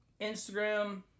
Instagram